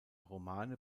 romane